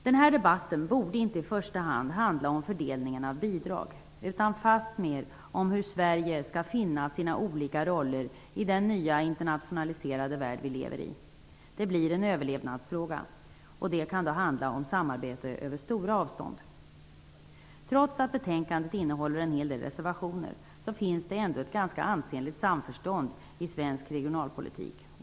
Den här debatten borde inte i första hand handla om fördelningen av bidrag utan fastmer om hur Sverige skall finna sina olika roller i den nya internationaliserade värld som vi lever i. Det blir en överlevnadsfråga. Det kan handla om samarbete över stora avstånd. Trots att betänkandet innehåller en hel del reservationer finns det ändå ett ganska ansenligt samförstånd i svensk regionalpolitik.